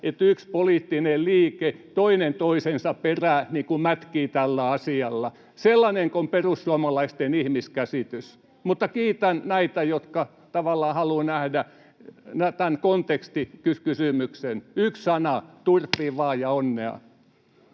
että yhdessä poliittisessa liikkeessä toinen toisensa perään mätkii tällä asialla. Sellainenko on perussuomalaisten ihmiskäsitys? Mutta kiitän näitä, jotka tavallaan haluavat nähdä tämän kontekstikysymyksenä — yksi sana: turpiin vaan ja onnea.